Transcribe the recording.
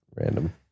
random